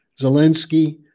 Zelensky